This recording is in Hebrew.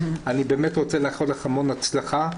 אני באמת רוצה לאחל לך המון הצלחה.